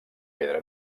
pedra